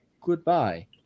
goodbye